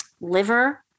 liver